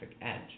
edge